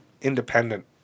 independent